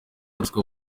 ruswa